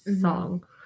song